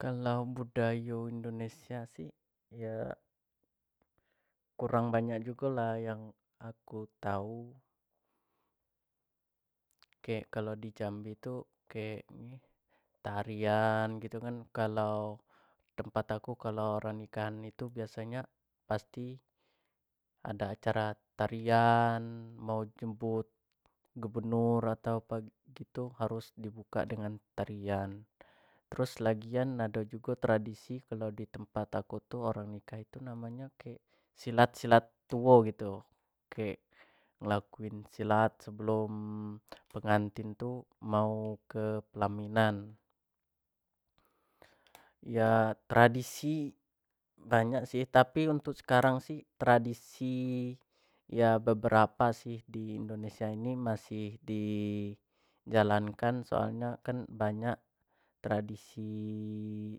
Kalau budaya indonesia sih ya kurang banyak juga lah yang aku tahu kek kalau di jambi itu kayak tarian gitu kan kalau tempat aku kalau orang nikahan itu biasanya pasti ada acara tarian mau jemput gubernur atau pagi itu harus dibuka dengan tarian terus lagian ada juga tradisi kalau di tempat aku tuh orang nikah itu namanya kek silat-silat sebelum pengantin tuh mau ke pelaminan ya tradisi banyak sih tapi untuk sekarang sih tradisi ya beberapa sih di indonesia ini masih di jalankan soalnya kan banyak tradisi